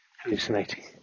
Hallucinating